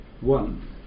One